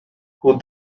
who